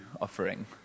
offering